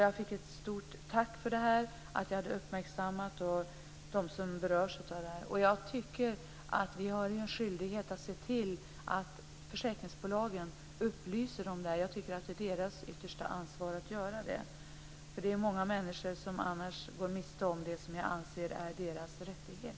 Jag fick ett stort tack för att jag hade uppmärksammat dem som berörs på detta. Jag tycker att vi har en skyldighet att se till att försäkringsbolagen upplyser om detta. Jag tycker att det är deras yttersta ansvar att göra det. Det är många människor som annars går miste om det som jag anser är deras rättighet.